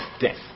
Death